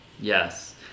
Yes